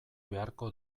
beharko